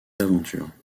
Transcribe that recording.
aventures